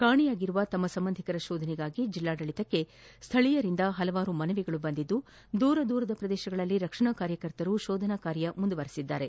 ಕಾಣೆಯಾಗಿರುವ ತಮ್ಮ ಸಂಬಂಧಿಕರ ಶೋಧನೆಗಾಗಿ ಜಿಲ್ಲಾಡಳಿತಕ್ಕೆ ಸ್ಥಳೀಯರಿಂದ ಹಲವಾರು ಮನವಿಗಳು ಬಂದಿದ್ದು ದೂರ ದೂರದ ಪ್ರದೇಶಗಳಲ್ಲಿ ರಕ್ಷಣಾ ಕಾರ್ಯಕರ್ತರು ಶೋಧನಾ ಕಾರ್ಯ ಮುಂದುವರೆಸಿದ್ದಾರೆ